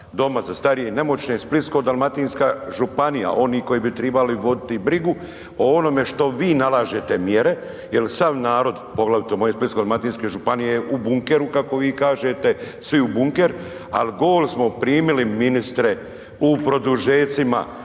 doma za starije i nemoćne Splitsko-dalmatinska županija, oni koji bi tribali voditi brigu o onome što vi nalažete mjere jer sav narod, poglavito moje Splitsko-dalmatinske županije je u bunkeru, kako bi kažete, svi u bunker, al gol smo primili ministre u produžecima